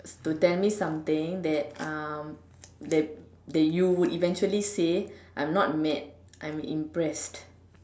to tell me something that um that that you would eventually say I'm not mad I'm impressed